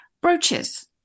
brooches